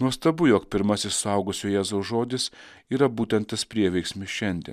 nuostabu jog pirmasis suaugusio jėzaus žodis yra būtent tas prieveiksmis šiandien